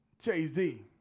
Jay-Z